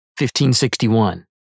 1561